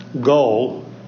Goal